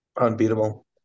Unbeatable